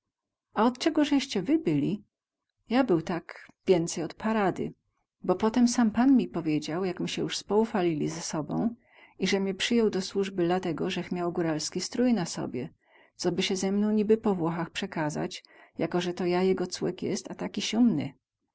od cegozeście wy byli ja był tak więcej od parady bo potem sam pan mi powiedział jak my sie juz spoufalili ze sobą ize mie przyjął do słuzby latego zech miał góralski strój na sobie coby sie ze mną niby po włochach przekazać jako ze to ja jego cłek jest a taki siumny